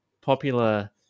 popular